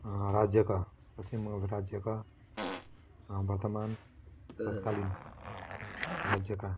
राज्यका पश्चिम बङ्गाल राज्यका वर्तमान तत्कालीन राज्यका